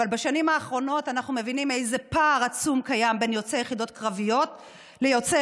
אבל בשנים האחרונות אנחנו מבינים איזה פער עצום קיים בין יוצאי